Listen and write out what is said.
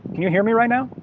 can you hear me right now?